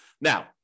Now